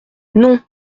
non